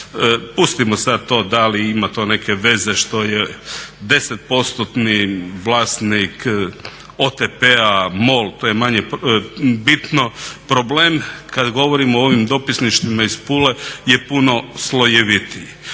Pustimo sad to da li ima to neke veze što je deset postotni vlasnik OTP-a MOL to je manje bitno. Problem kad govorimo o ovim dopisništvima iz Pule je puno slojevitiji.